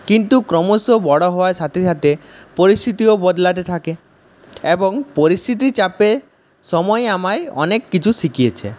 কিন্তু ক্রমশ বড়ো হওয়ার সাথে সাথে পরিস্থিতিও বদলাতে থাকে এবং পরিস্থিতির চাপে সময় আমায় অনেক কিছু শিখিয়েছে